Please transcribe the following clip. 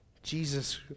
Jesus